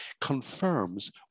confirms